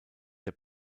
der